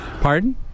Pardon